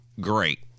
Great